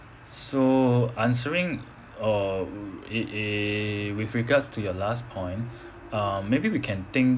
so answering or with regards to your last point uh maybe we can think